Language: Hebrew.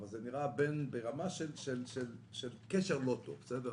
אבל זה נראה ברמה של קשר לא טוב,